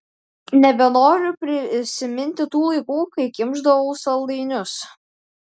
nebenoriu prisiminti tų laikų kai kimšdavau saldainius